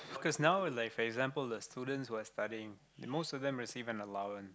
because now like for example the students were studying most of them receive an allowance